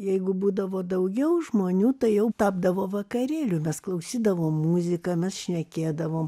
jeigu būdavo daugiau žmonių tai jau tapdavo vakarėliu mes klausydavom muziką mes šnekėdavom